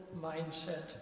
mindset